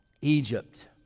Egypt